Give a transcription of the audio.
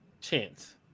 Chance